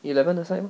eleven a side lor